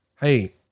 hey